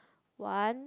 one